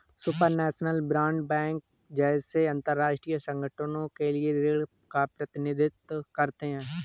supranational bond विश्व bank जैसे अंतरराष्ट्रीय संगठनों के ऋण का प्रतिनिधित्व करते हैं